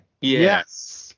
Yes